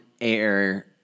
air